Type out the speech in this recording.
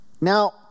Now